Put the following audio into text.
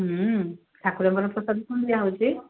ଠାକୁରଙ୍କର ଫଟୋ ବି ପୁଣି ଦିଆହେଉଛି